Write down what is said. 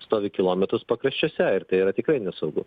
stovi kilometrus pakraščiuose ir tai yra tikrai nesaugu